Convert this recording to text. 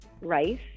Rice